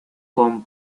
con